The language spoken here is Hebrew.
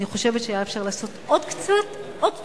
אני חושבת שהיה אפשר לעשות עוד קצת, עוד קצת,